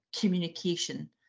communication